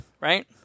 right